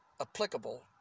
applicable